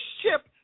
ship